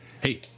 hey